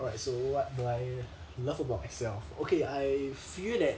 alright so what do I love about myself okay I feel that